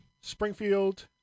Springfield